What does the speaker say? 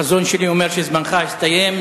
החזון שלי אומר שזמנך הסתיים.